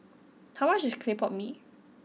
how much is Clay Pot Mee